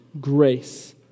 grace